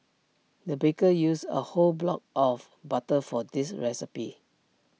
the baker used A whole block of butter for this recipe